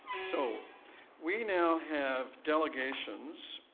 so we now have delegations,